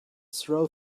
throw